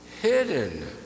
hidden